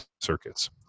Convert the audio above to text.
circuits